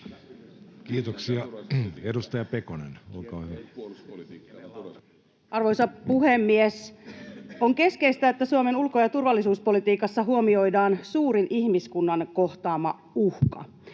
Kiitoksia. — Edustaja Pekonen, olkaa hyvä. Arvoisa puhemies! On keskeistä, että Suomen ulko- ja turvallisuuspolitiikassa huomioidaan suurin ihmiskunnan kohtaama uhka,